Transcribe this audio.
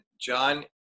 John